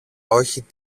όχι